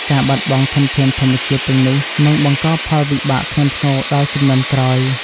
ការបាត់បង់ធនធានធម្មជាតិទាំងនេះនឹងបង្កផលវិបាកធ្ងន់ធ្ងរដល់ជំនាន់ក្រោយ។